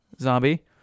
zombie